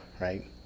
right